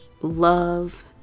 love